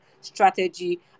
strategy